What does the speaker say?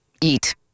Eat